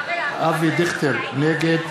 אבידיכטר, נגד